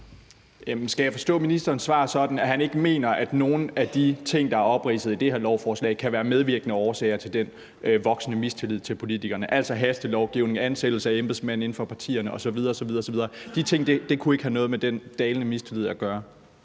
Skal jeg forstå ministerens svar sådan, at han ikke mener, at nogen af de ting, der er opridset i det her beslutningsforslag, kan være medvirkende årsager til den voksende mistillid til politikerne – altså hastelovgivning, ansættelse af embedsmænd inden for partierne osv. osv.? De ting kunne ikke have noget med den dalende tillid at gøre?